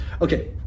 Okay